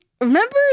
remember